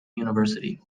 university